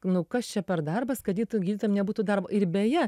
nu kas čia per darbas kad gydų gydytojam nebūtų dar ir beje